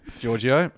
Giorgio